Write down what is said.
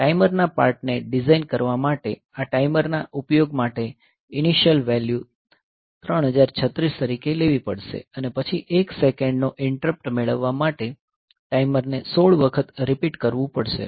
timer ના પાર્ટને design કરવા માટે મારે આ ટાઈમરના ઉપયોગ માટે ઇનીશીયલ વેલ્યુ 3036 તરીકે લેવી પડશે અને પછી 1 સેકન્ડનો ઈન્ટરપ્ટ મેળવવા માટે ટાઈમરને 16 વખત રીપીટ કરવું પડશે